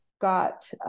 got